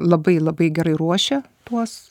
labai labai gerai ruošia tuos